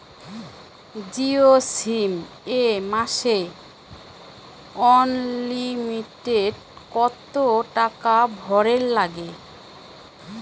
Jio SIM এ মাসে unlimited কত টাকা ভরের নাগে?